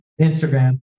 Instagram